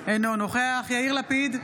אינו נוכח יאיר לפיד,